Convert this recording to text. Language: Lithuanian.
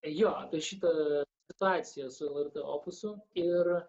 jo apie šitą situaciją su lrt opusu ir